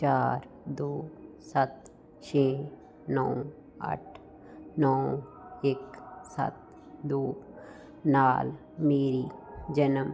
ਚਾਰ ਦੋ ਸੱਤ ਛੇ ਨੌ ਅੱਠ ਨੌ ਇੱਕ ਸੱਤ ਦੋ ਨਾਲ ਮੇਰੀ ਜਨਮ